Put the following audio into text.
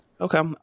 Okay